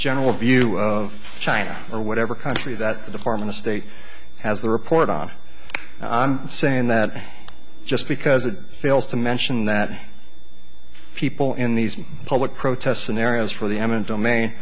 general view of china or whatever country that the department of state has the report on i'm saying that just because it fails to mention that people in these public protest scenarios for the eminent domain